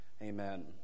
Amen